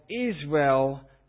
Israel